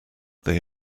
they